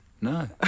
No